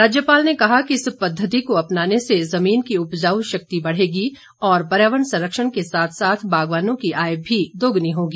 राज्यपाल ने कहा कि इस पद्धति को अपनाने से जमीन की उर्वरा शक्ति बढ़ेगी और पर्यावरण संरक्षण के साथ साथ बागवानों की आय भी दोगुनी होगी